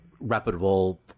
reputable